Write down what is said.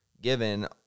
given